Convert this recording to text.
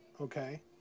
okay